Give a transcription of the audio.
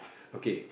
okay